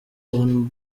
hon